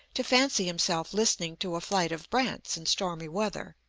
to fancy himself listening to a flight of brants in stormy weather.